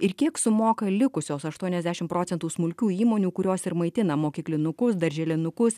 ir kiek sumoka likusios aštuoniasdešim procentų smulkių įmonių kurios ir maitina mokyklinukus darželinukus